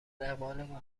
اقبال